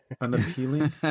unappealing